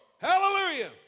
Hallelujah